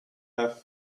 have